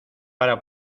para